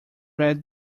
read